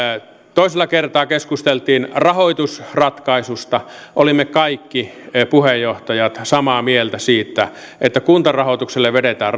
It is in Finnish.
toisella kertaa keskusteltiin rahoitusratkaisusta olimme kaikki puheenjohtajat samaa mieltä siitä että kuntarahoitukselle vedetään